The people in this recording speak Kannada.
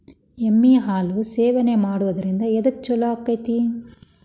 ಎಮ್ಮಿ ಹಾಲು ಸೇವನೆ ಮಾಡೋದ್ರಿಂದ ಎದ್ಕ ಛಲೋ ಆಕ್ಕೆತಿ?